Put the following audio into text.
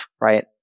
right